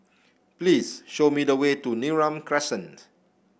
please show me the way to Neram Crescent